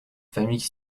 familles